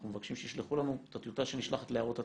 אנחנו מבקשים שאת הטיוטה שנשלחת להערות הציבור,